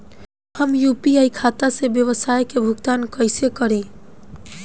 हम यू.पी.आई खाता से व्यावसाय के भुगतान कइसे करि?